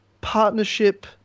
partnership